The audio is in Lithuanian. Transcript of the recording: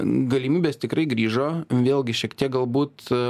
galimybės tikrai grįžo vėlgi šiek tiek galbūt